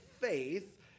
faith